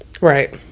right